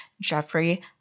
Jeffrey